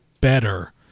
better